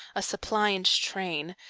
a suppliant train,